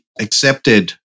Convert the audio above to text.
accepted